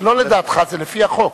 זה לא לדעתך, זה לפי החוק.